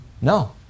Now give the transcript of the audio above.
No